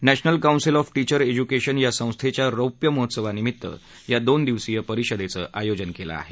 national Council of Teacher Education यासंस्थेच्या रौप्यमहोत्सवानिमित्त या दोन दिवसीय परिषदेचं आयोजन केलं आहे